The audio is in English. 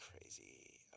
crazy